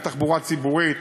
גם בתחבורה ציבורית,